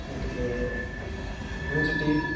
গতিকে আপুনি যদি